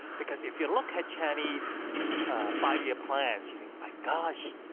because if you look at chinese five-year plans, you think, my gosh,